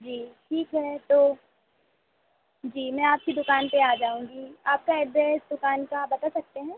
जी ठीक है तो जी मैं आपकी दुकान पर आ जाऊँगी आपका एड्रेस दुकान का बता सकते हैं